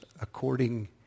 according